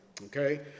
Okay